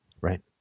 Right